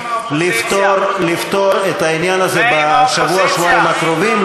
לפתור את העניין הזה בשבוע-שבועיים הקרובים,